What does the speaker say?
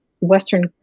Western